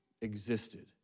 existed